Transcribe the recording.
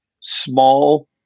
small